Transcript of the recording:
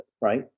right